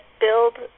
build